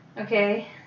Okay